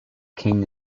king